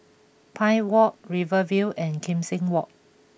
Pine Walk Rivervale and Kim Seng Walk